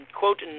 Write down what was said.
quote